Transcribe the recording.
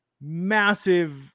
massive